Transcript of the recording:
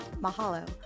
Mahalo